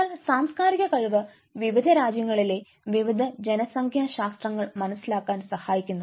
എന്നാൽ സാംസ്കാരിക കഴിവ് വിവിധ രാജ്യങ്ങളിലെ വിവിധ ജനസംഖ്യാശാസ്ത്രങ്ങൾ മനസ്സിലാക്കാൻ സഹായിക്കുന്നു